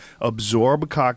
absorb